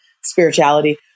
spirituality